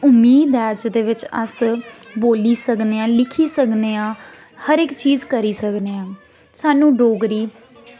उम्मीद ऐ जेह्दे बिच्च अस बोली सकने आं लिखी सकने आं हर इक चीज करी सकने आं साह्नू डोगरी